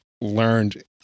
learned